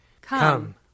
Come